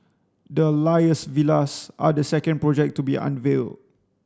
the Alias Villas are the second project to be unveiled